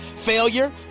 failure